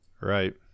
Right